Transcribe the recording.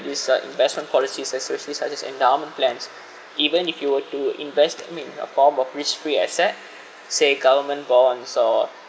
this uh investment policies especially such as endowment plans even if you were to invest I mean a form of risk free asset say government bonds or